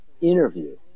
interview